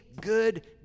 good